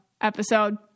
episode